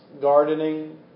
gardening